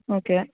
okay